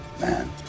Man